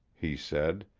he said.